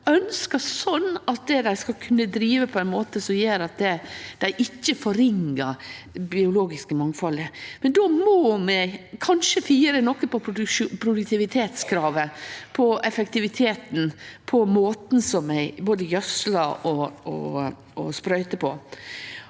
ønskjer sterkt å kunne drive på ein måte som gjer at dei ikkje forringar det biologiske mangfaldet, men då må vi kanskje fire noko på produktivitetskravet, på effektiviteten, på måten som vi både gjødslar og sprøyter på.